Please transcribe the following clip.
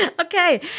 Okay